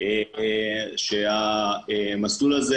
המסלול הזה